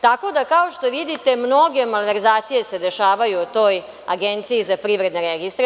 Tako da, kao što vidite, mnoge malverzacije se dešavaju u toj Agenciji za privredne registre.